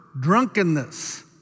drunkenness